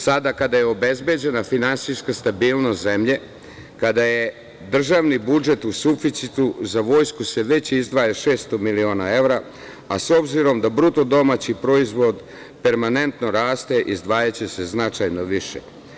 Sada kada je obezbeđena finansijska stabilnost zemlje, kada je državni budžet u suficitu, za vojsku se već izdvaja 600 miliona evra, a s obzirom da bruto-domaći proizvod permanentno raste, izdvajaće se značajno više.